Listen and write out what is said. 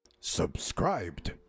Subscribed